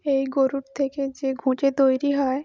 এই গরুর থেকে যে ঘুঁচে তৈরি হয়